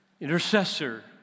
intercessor